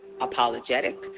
apologetic